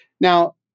Now